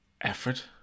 effort